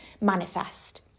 manifest